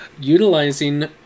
Utilizing